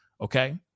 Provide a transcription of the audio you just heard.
okay